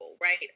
right